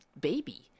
baby